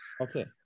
Okay